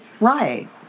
Right